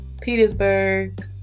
Petersburg